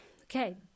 Okay